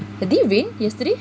but did it rain yesterday